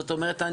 זאת אומרת,